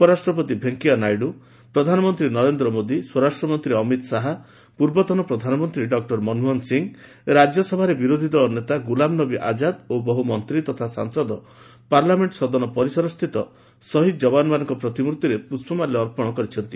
ଉପରାଷ୍ଟ୍ରପତି ଭେଙ୍କିୟାନାଇଡୁ ପ୍ରଧାନମନ୍ତ୍ରୀ ନରେନ୍ଦ୍ର ମୋଦି ସ୍ୱରାଷ୍ଟ୍ର ମନ୍ତ୍ରୀ ଅମିତ ଶାହା ପୂର୍ବତନ ପ୍ରଧାନମନ୍ତ୍ରୀ ଡକ୍ଟର ମନମୋହନ ସିଂ ରାଜ୍ୟସଭା ବିରୋଧୀଦଳ ନେତା ଗୁଲାମନବୀ ଆକାଦ ଓ ବହୁ ମନ୍ତ୍ରୀ ତଥା ସାଂସଦ ପାର୍ଲାମେଣ୍ଟ ସଦନ ପରିସରସ୍ଥିତ ଶହୀଦ ଯବାନମାନଙ୍କ ପ୍ରତିମୂର୍ତ୍ତିରେ ପୁଷ୍ପମାଲ୍ୟ ଅର୍ପଣ କରିଛନ୍ତି